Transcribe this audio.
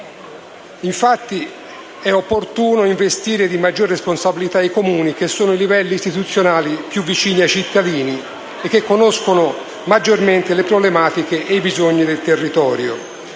Infatti, è opportuno investire di maggiore responsabilità i Comuni, che sono i livelli istituzionali più vicini ai cittadini e che conoscono maggiormente le problematiche e i bisogni del territorio.